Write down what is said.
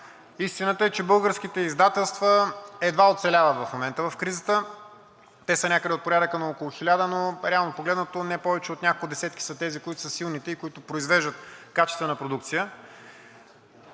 Истината е, че българските издателства едва оцеляват в кризата. Те са някъде от порядъка на около 1000, но реално погледнато, не повече от няколко десетки са тези, които са силните и които произвеждат качествена продукция.